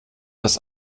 das